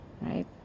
Right